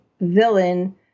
villain